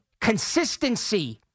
consistency